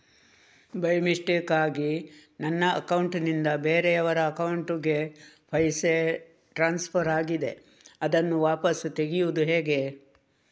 By ಮಿಸ್ಟೇಕಾಗಿ ನನ್ನ account ನಿಂದ ಬೇರೆಯವರ ಅಕೌಂಟ್ ಗೆ ಪೈಸೆ ಟ್ರಾನ್ಸ್ಫರ್ ಆಗಿದೆ ಅದನ್ನು ವಾಪಸ್ ತೆಗೆಯೂದು ಹೇಗೆ?